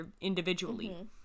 individually